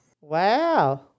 wow